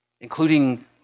including